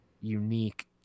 unique